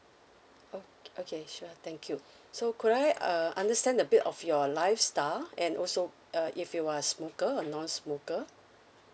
o~ okay sure thank you so could I err I understand a bit of your lifestyle and also uh if you are a smoker or non smoker